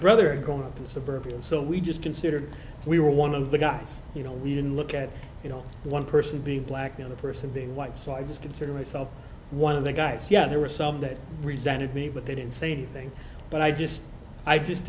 brother going up in suburbia so we just considered we were one of the guys you know we didn't look at you know one person being black the other person being white so i just consider myself one of the guys yeah there were some that resented me but they didn't say anything but i just i just